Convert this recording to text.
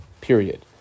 Period